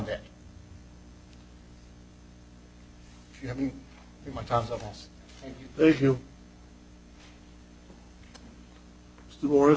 them